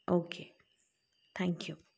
okay thank you